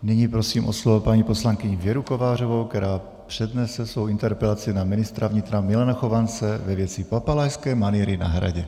Nyní prosím o slovo paní poslankyni Věru Kovářovou, která přednese svou interpelaci na ministra vnitra Milana Chovance ve věci papalášské manýry na Hradě.